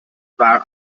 war